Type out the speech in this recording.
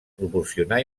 proporcionar